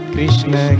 Krishna